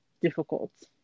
difficult